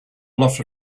lot